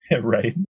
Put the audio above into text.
right